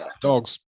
dogs